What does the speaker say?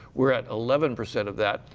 we're at eleven percent of that.